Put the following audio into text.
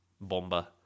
bomba